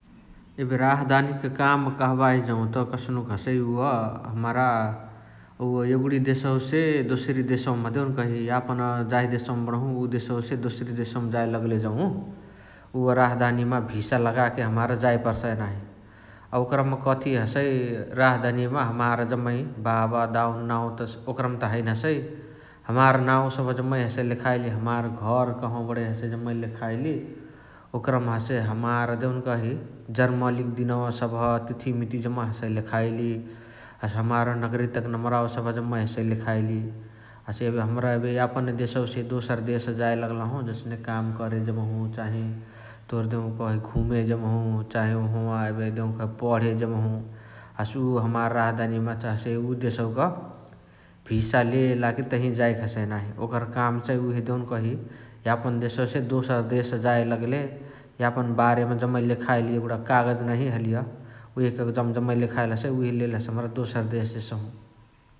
एबे राहदानिक काम कहबाही जौत कस्नुक हसइ उअ हमरा उअ एगुणी देशवसे दोसारी देशवमा देउनकही यापन जाही देशवा मा बणहु उ देशवसे दोसारी देशवमा जाए लगले जौ उअ राहदानिमा भिसा लेगाके हमार जाए पर्साऐ नाही । अ ओकरमा कथी हसइ राहदनिय मा हमार जम्मै बाबा दाउन नाउत ओकरमा हैने हसइ । हमार नाउ सबह जम्मे हसइ लेखाइल्, हमार घरा कहवा बणइ जम्माइ लेखैली । ओकरमा हसे हमार देउनकही जर्मलिक दिनवा सबह तिथी मिती जम्मै हसइ लेखाइली । हसे हमार नगरिताक नमरावा सबह जामआइ हसइ लेखाइली । हसे एबे हमरा एबे यापन देशवसे दोसर देश जाए लगलाहु जसने काम करे जेबहु, तोर देहु कही चाहे घुमे जेबहु । चाहे ओहावाअ एबे देउकही पण्हे जेबहु । हसे उअ हमार राहदानिमा चाही हसे उ देशवक भिसा लेलाके तही जाएके हसइ नाही । ओकर काम चाइ उहे देउनकही यापन देशवसे दोसर देश जाए लगले यापन बारेमा जाममे लेखाइली कागज नहिया हलिय । उहे कागआजअवमा जाममे लेखाइली हसइ उहे लेले हसे हमर दोसर देश जेसहु ।